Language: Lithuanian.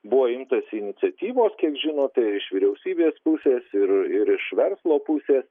buvo imtasi iniciatyvos kiek žinote iš vyriausybės pusės ir ir iš verslo pusės